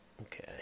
Okay